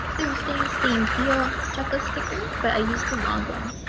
thursday same deal, checklist sticker, but i used the long one.